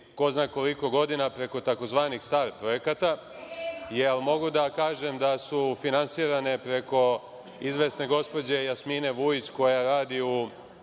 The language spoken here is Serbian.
ko zna koliko godina, preko tzv. star projekata, da li mogu da kažem da su finansirane preko izvesne gospođe Jasmine Vujić, koja radi u…